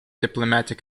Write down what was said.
diplomatic